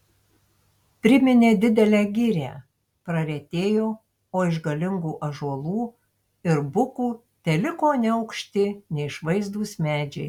priminė didelę girią praretėjo o iš galingų ąžuolų ir bukų teliko neaukšti neišvaizdūs medžiai